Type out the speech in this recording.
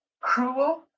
cruel